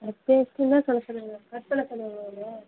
சொல்ல சொன்னாங்க கட் பண்ண சொன்னாங்களா உன்னை